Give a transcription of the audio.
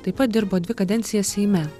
taip pat dirbo dvi kadencijas seime